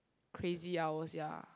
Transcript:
crazy hours ya